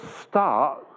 start